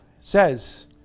says